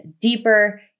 deeper